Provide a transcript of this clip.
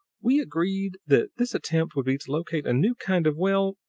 we agreed that this attempt would be to locate a new kind of well,